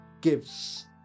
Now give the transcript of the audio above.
gives